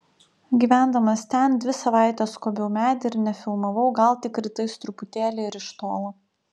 gyvendamas ten dvi savaites skobiau medį ir nefilmavau gal tik rytais truputėlį ir iš tolo